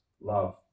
love